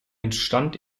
entstand